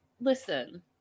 listen